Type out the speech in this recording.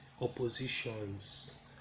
oppositions